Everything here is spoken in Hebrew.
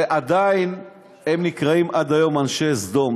ועדיין הם נקראים עד היום אנשי סדום.